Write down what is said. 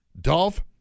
Dolph